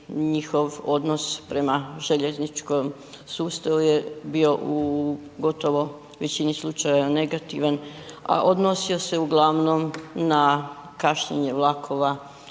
njihov odnos prema željezničkom sustavu je bio u gotovo većini slučajeva negativan, a odnosio se uglavnom na kašnjenje vlakova